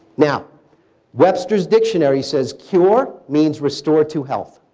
now webster's dictionary says, cure means restored to health.